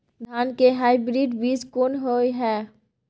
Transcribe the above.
धान के हाइब्रिड बीज कोन होय है?